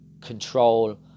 control